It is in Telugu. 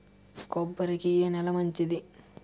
కొబ్బరి కి ఏ నేల మంచిది?